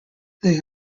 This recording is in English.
they